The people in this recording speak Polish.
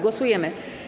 Głosujemy.